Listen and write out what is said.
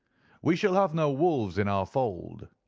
we shall have no wolves in our fold.